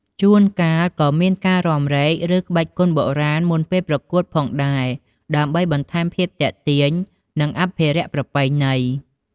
ជួនកាលក៏មានការរាំរែក ឬក្បាច់គុណបុរាណមុនពេលប្រកួតផងដែរ ដើម្បីបន្ថែមភាពទាក់ទាញ និងអភិរក្សប្រពៃណី។